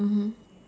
mmhmm